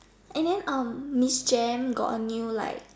and then um Miss Jem got a new like